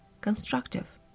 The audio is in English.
constructive